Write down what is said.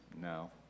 No